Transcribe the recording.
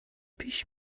پیش